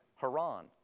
Haran